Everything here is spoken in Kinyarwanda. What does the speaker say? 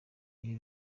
ibi